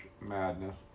Madness